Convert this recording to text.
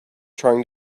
trying